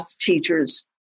teachers